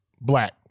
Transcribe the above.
black